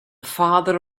father